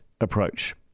approach